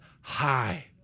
high